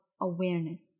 awareness